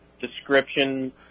description